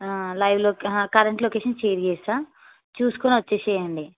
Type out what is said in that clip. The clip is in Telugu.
లైవ్ లోకె కరెంట్ లొకేషన్ షేర్ చేస్తాను చూసుకొని వచ్చేసేయండి